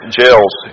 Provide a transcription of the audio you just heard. jails